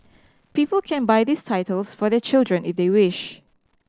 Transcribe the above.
people can buy these titles for their children if they wish